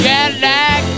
Cadillac